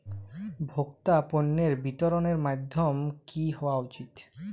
ভোক্তা পণ্যের বিতরণের মাধ্যম কী হওয়া উচিৎ?